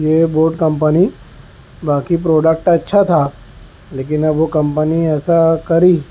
یہ boat company باقی product اچھا تھا لیکن اب وہ کمپنی ایسا کری